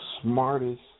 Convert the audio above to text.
smartest